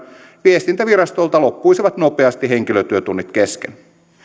viestintävirastolta loppuisivat nopeasti henkilötyötunnit kesken